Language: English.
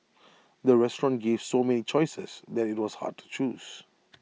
the restaurant gave so many choices that IT was hard to choose